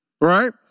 Right